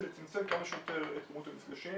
זה צמצם כמה שיותר את כמות המפגשים,